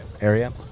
area